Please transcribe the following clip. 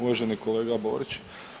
Uvaženi kolega Borić.